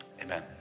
amen